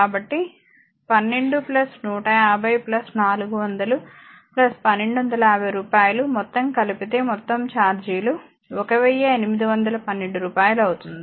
కాబట్టి 12 150 400 1250 రూపాయలు మొత్తం కలిపితే మొత్తం ఛార్జీలు 1812 రూపాయలు అవుతుంది